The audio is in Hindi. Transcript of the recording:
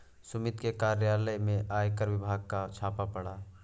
सुमित के कार्यालय में आयकर विभाग का छापा पड़ा